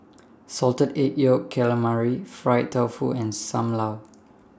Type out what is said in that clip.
Salted Egg Yolk Calamari Fried Tofu and SAM Lau